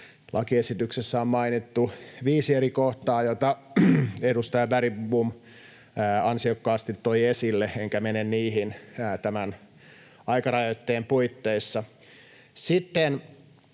Lakiesityksessä on mainittu viisi eri kohtaa, joita edustaja Bergbom ansiokkaasti toi esille, enkä mene niihin tämän aikarajoitteen puitteissa. Sitten